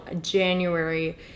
January